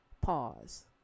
pause